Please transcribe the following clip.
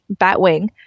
Batwing